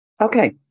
Okay